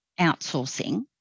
outsourcing